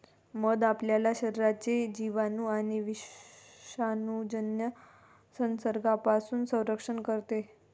मध आपल्या शरीराचे जिवाणू आणि विषाणूजन्य संसर्गापासून संरक्षण करते